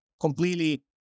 completely